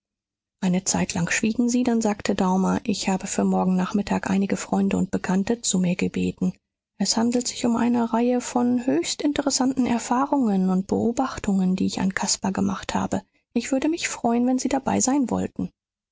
eine zeitlang schwiegen sie dann sagte daumer ich habe für morgen nachmittag einige freunde und bekannte zu mir gebeten es handelt sich um eine reihe von höchst interessanten erfahrungen und beobachtungen die ich an caspar gemacht habe ich würde mich freuen wenn sie dabei sein wollten